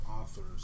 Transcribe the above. authors